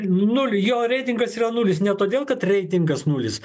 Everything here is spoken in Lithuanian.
nul jo reitingas yra nulis ne todėl kad reitingas nulis